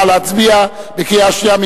נא להצביע בקריאה שנייה.